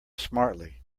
smartly